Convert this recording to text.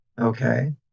okay